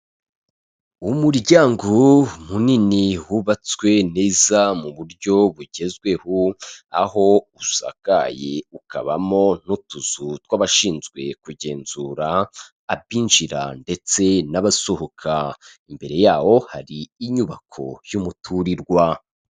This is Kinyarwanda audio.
Umuryango munini hubatswe neza mu buryo bugezweho aho usakaye, ukabamo n'utuzu tw'abashinzwe kugenzura abinjira ndetse n'abasohoka, imbere yawo hari inyubako y'umuturirwa.